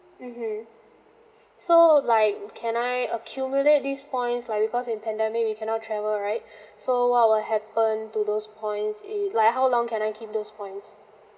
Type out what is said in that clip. mmhmm so like can I accumulate these points like because in pandemic we cannot travel right so what will happen to those points it like how long can I keep those points